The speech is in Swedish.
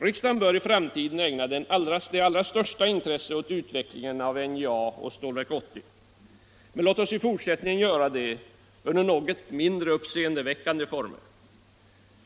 Riksdagen bör i framtiden ägna det allra största intresse åt utvecklingen vid NJA och Stålverk 80, men låt oss i fortsättningen göra det under något mindre uppseendeväckande former.